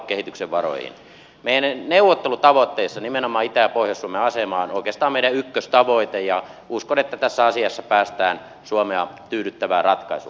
meidän neuvottelutavoitteissamme nimenomaan itä ja pohjois suomen asema on oikeastaan meidän ykköstavoitteemme ja uskon että tässä asiassa päästään suomea tyydyttävään ratkaisuun